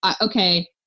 okay